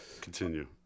Continue